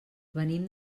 venim